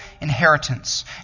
inheritance